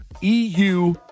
EU